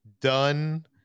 done